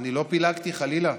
אני לא פילגתי, חלילה.